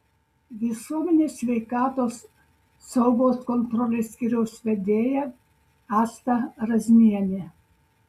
visuomenės sveikatos saugos kontrolės skyriaus vedėja asta razmienė